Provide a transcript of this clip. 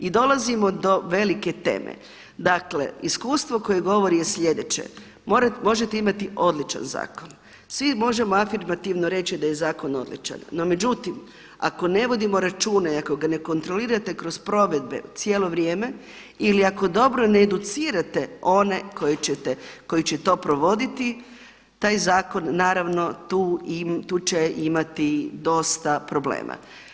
I dolazimo do velike teme, dakle iskustvo koje govori je slijedeće možete imati odličan zakon, svi možemo afirmativno reći da je zakon odličan no međutim ako ne vodimo računa i ako ga ne kontrolirate kroz provedbe cijelo vrijeme ili ako dobro ne educirate one koje ćete, koji će to provoditi taj zakon naravno tu će imati dosta problema.